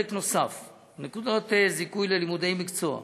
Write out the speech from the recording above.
פרק נוסף הוא: נקודת זיכוי ללימודי מקצוע.